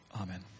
Amen